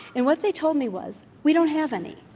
and what they told me was, we don't have any.